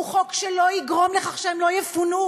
הוא חוק שלא יגרום לכך שהם לא יפונו,